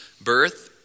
birth